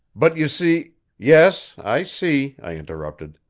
but you see yes, i see, i interrupted.